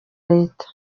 leta